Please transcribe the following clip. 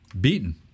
beaten